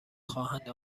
خواهند